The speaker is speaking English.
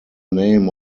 name